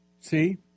See